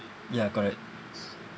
ya correct